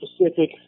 specific